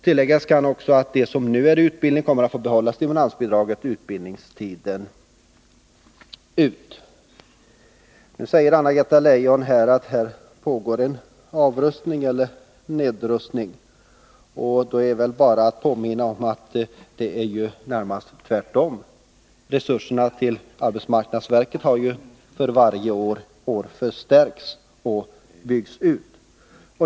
Tilläggas kan också att de som nu är i utbildning kommer att få behålla stimulansbidraget utbildningstiden ut. Nu säger Anna-Greta Leijon att det pågår en nedrustning. Jag vill då bara påminna om att det närmast är tvärtom. Resurserna till arbetsmarknadsverket har ju för varje år förstärkts och byggts ut.